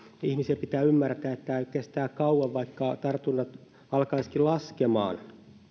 ihmisien pitää ymmärtää että tämä kestää kauan vaikka tartunnat alkaisivatkin laskemaan